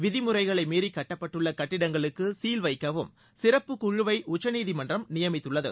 விதிமுறைகளை மீறி கட்டப்பட்டுள்ள கட்டிடங்களுக்கு சீல் வைக்கவும் சிறப்புக்குழுவை உச்சநீதிமன்றம் நியமித்துள்ளது